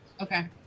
Okay